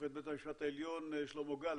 שופט בית המשפט העליון שלמה גל,